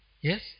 Yes